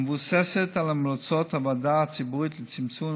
המבוססת על המלצות הוועדה הציבורית לצמצום